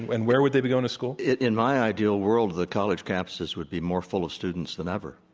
and where would they be going to school? in my ideal world, the college campuses would be more full of students than ever,